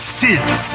sins